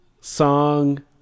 song